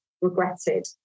regretted